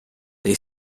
they